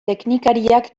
teknikariak